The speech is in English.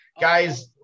guys